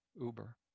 Uber